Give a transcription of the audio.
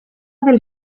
del